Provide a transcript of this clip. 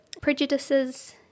prejudices